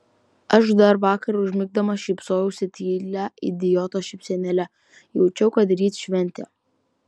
aš dar vakar užmigdamas šypsojausi tylia idioto šypsenėle jaučiau kad ryt šventė